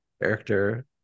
character